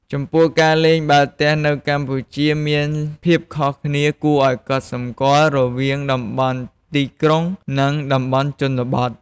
ចំពោះការលេងបាល់ទះនៅកម្ពុជាមានភាពខុសគ្នាគួរឱ្យកត់សម្គាល់រវាងតំបន់ទីក្រុង និងតំបន់ជនបទ។